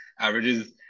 averages